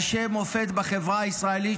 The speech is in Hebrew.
אנשי מופת בחברה הישראלית,